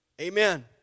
Amen